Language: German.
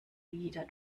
wieder